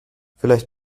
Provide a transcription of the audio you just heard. vielleicht